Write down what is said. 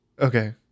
Okay